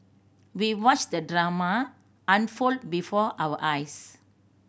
we watched the drama unfold before our eyes